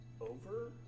over